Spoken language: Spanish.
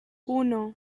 uno